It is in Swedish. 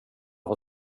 har